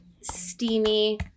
steamy